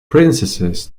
princesses